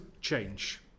change